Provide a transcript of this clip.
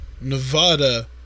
Nevada